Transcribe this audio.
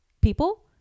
people